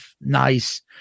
nice